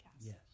Yes